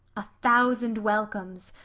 a thousand welcomes!